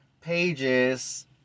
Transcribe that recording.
pages